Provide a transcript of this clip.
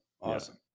Awesome